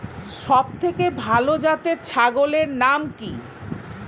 সবথেকে ভালো জাতের ছাগলের নাম কি?